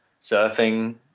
surfing